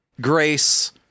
Grace